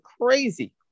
crazy